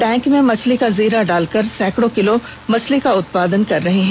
tank में मछली का जीरा डाल कर सैकड़ों किलो मछली का उत्पादन कर रहे हैं